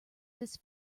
this